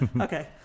Okay